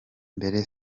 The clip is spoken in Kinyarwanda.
mbere